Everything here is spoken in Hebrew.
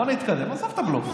בוא נתקדם, עזוב את הבלוף.